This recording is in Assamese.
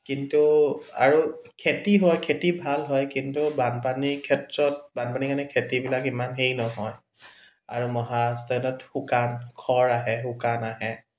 কিন্তু আৰু খেতি হয় খেতি ভাল হয় কিন্তু বানপানী ক্ষেত্ৰত বানপানীৰ কাৰণে খেতিবিলাক ইমান সেই নহয় আৰু মহাৰাষ্ট্ৰ তাত শুকান খৰ আহে শুকান আহে